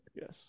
Yes